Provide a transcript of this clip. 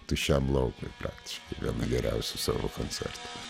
tuščiam laukui praktiškai vieną geriausių savo koncertų